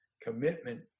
Commitment